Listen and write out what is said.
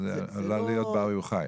אז עלולה להיות בר יוחאי.